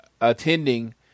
attending